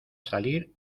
salir